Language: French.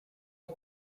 les